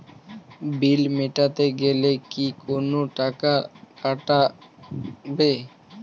বিল মেটাতে গেলে কি কোনো টাকা কাটাবে?